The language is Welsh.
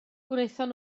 gwnaethon